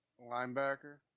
Linebacker